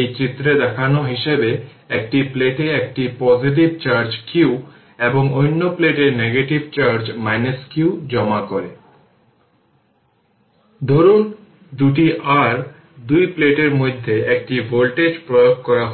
এই চিত্রে দেখানো হয়েছে